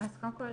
קודם כול,